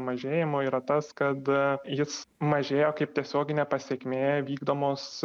mažėjimu yra tas kad a jis mažėjo kaip tiesioginė pasekmė vykdomos